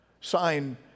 sign